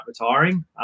retiring